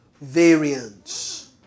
variance